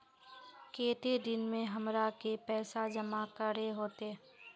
केते दिन में हमरा के पैसा जमा करे होते?